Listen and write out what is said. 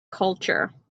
culture